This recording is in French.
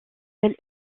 elle